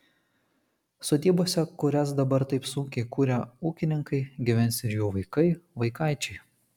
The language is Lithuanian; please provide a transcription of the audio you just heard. sodybose kurias dabar taip sunkiai kuria ūkininkai gyvens ir jų vaikai vaikaičiai